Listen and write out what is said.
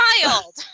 child